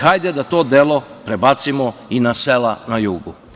Hajde da ta dela prebacimo i na sela na jugu.